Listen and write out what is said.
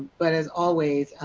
but as always,